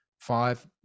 five